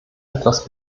etwas